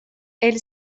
els